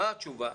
מה התשובה?